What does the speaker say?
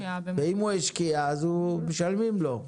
ואם הוא השקיע אז משלמים לו.